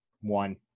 one